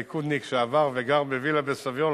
ליכודניק שעבר וגר בווילה בסביון,